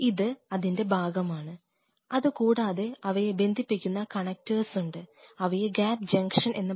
വികസിപ്പിക്കണം എന്നാണ്